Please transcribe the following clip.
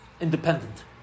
independent